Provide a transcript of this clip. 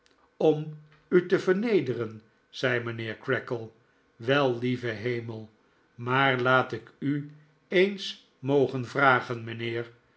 om u te vernederen zei mijnheer creakle wel lieve hemel maar laat ik u eens mogen vragen mijnheer